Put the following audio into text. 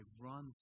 run